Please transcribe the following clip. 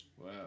wow